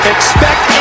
Expect